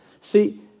see